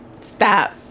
Stop